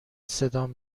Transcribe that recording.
صدام